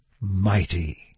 mighty